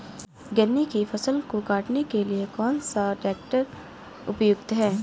गन्ने की फसल को काटने के लिए कौन सा ट्रैक्टर उपयुक्त है?